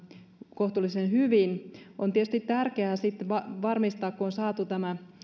kohtuullisen hyvin on tietysti tärkeää sitten kun on saatu tämä